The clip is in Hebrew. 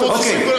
תפסיקו,